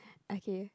okay